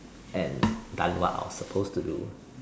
and done what I was suppose to do